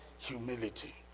Humility